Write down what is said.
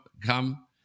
come